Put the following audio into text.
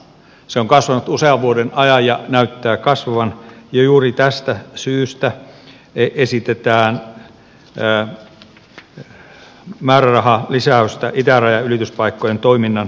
se on kasvanut usean vuoden ajan ja näyttää kasvavan ja juuri tästä syystä esitetään määrärahalisäystä itärajan ylityspaikkojen toiminnan tehostamiseen